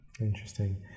Interesting